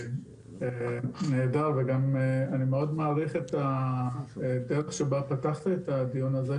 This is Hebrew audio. אני מאוד מעריך את הדרך שבה פתחת את הדיון הזה,